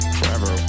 forever